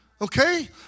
Okay